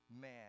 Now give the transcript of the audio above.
man